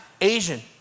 Asian